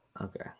Okay